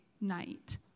night